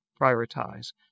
prioritize